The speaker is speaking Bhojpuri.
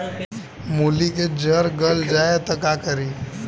मूली के जर गल जाए त का करी?